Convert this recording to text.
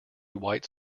white